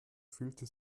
fühlte